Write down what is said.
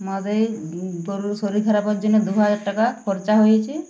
আমাদের গরুর শরীর খারাপের জন্য দু হাজার টাকা খরচা হয়েছে